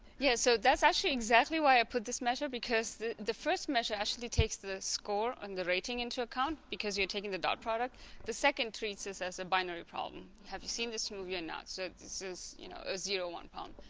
yeah so that's actually exactly why i put this measure because the the first measure actually takes the the score on the rating into account because you're taking the dot product the second treats this as a binary problem have you seen this movie or not so this is you know a zero one. um